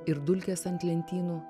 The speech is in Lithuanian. ir dulkės ant lentynų